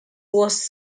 was